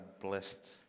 blessed